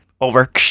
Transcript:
over